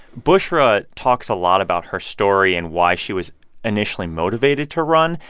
bushra talks a lot about her story and why she was initially motivated to run,